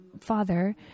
father